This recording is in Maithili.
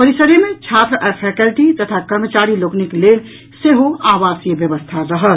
परिसरे मे छात्र आ फैकल्टी तथा कर्मचारी लोकनिक लेल सेहो आवासीय व्यवस्था रहत